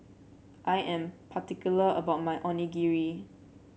I am particular about my Onigiri